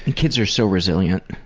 and kids are so resilient.